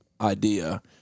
idea